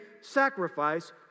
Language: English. sacrifice